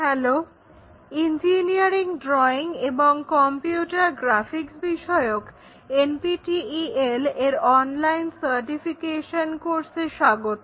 hello engineering drawing এবং computer graphics বিষয়ক NPTEL এর অনলাইন সার্টিফিকেশন কোর্সে স্বাগত